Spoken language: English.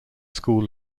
school